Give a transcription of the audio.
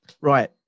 right